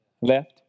left